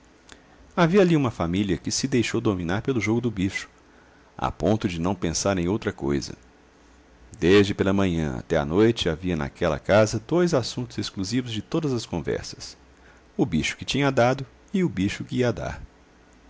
havia ali uma família que se deixou dominar pelo jogo do bicho a ponto de não pensar em outra coisa desde pela manhã até à noite havia naquela casa dois assuntos exclusivos de todas as conversas o bicho que tinha dado e o bicho que ia dar